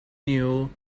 knew